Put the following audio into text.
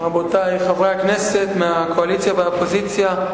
רבותי חברי הכנסת מהקואליציה והאופוזיציה,